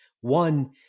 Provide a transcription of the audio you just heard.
one